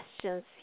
questions